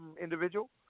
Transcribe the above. individual